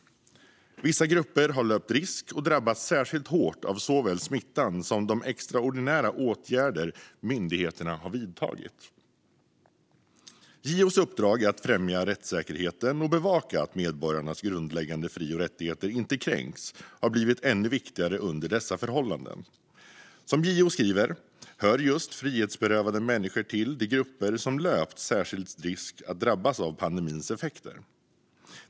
Vissa grupper har löpt risk att drabbas särskilt hårt av såväl smittan som de extraordinära åtgärder myndigheterna vidtagit. JO:s uppdrag att främja rättssäkerheten och bevaka att medborgarnas grundläggande fri och rättigheter inte kränks har blivit ännu viktigare under dessa förhållanden. Som JO skriver hör frihetsberövade människor till de grupper som löpt särskild risk att drabbas av pandemins effekter.